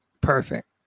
Perfect